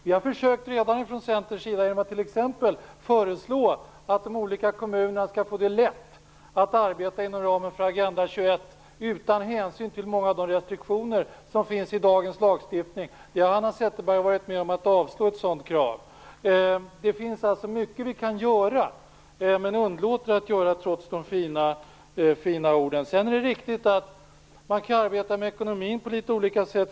Vi har redan försökt från Centerns sida genom att föreslå att de olika kommunerna skall få det lättare att arbeta inom ramen för Agenda 21 utan hänsyn till många av de restriktioner som finns i dagens lagstiftning. Vi har bl.a. varit med om att avslå ett sådant krav. Det finns alltså mycket vi kan göra men underlåter att göra trots de fina orden. Det är riktigt att man kan arbeta med ekonomin på litet olika sätt.